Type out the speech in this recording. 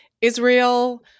Israel